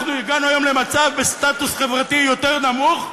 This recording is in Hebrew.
אנחנו הגענו היום למצב בסטטוס חברתי יותר נמוך,